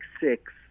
six